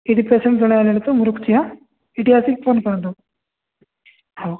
ଏଠି ପେସେଣ୍ଟ୍ ଜଣେ ଆସିଲେଣି ତ ମୁଁ ରଖୁଛି ହାଁ ଏଇଠି ଆସିକି ଫୋନ୍ କରନ୍ତୁ ହଉ